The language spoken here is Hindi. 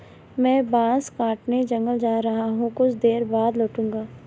मैं बांस काटने जंगल जा रहा हूं, कुछ देर बाद लौटूंगा